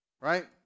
Right